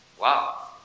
Wow